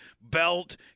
belt